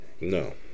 No